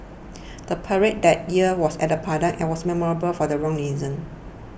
the parade that year was at the Padang and was memorable for the wrong reasons